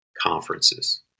conferences